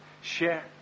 share